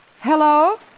Hello